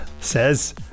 says